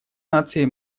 наций